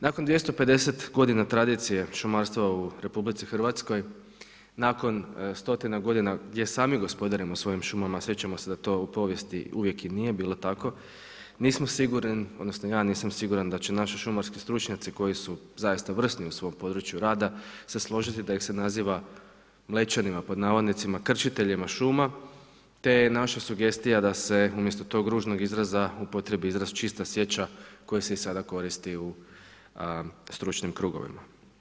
Nakon 250 godina tradicije šumarstva u RH, nakon stotina godina gdje sami gospodarimo svojim šumama, sjećamo se da to u povijesti uvijek i nije bilo tako, nisam siguran da će naši šumarski stručnjaci koji su zaista vrsni u svom području rada, se složiti da ih se naziva „Mlečanima“, krčiteljima šuma te je naša sugestija da se umjesto tog ružnog izraza upotrijebi izraz čista sječa koja se i sad koristi u stručnim krugovima.